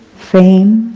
fame,